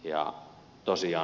ja tosiaan